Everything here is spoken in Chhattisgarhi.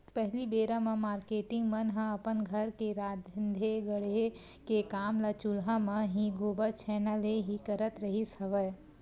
पहिली बेरा म मारकेटिंग मन ह अपन घर के राँधे गढ़े के काम ल चूल्हा म ही, गोबर छैना ले ही करत रिहिस हवय